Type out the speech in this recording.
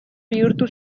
bihurtu